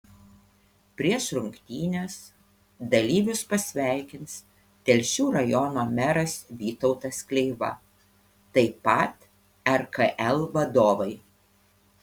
prieš rungtynes dalyvius pasveikins telšių rajono meras vytautas kleiva taip pat rkl vadovai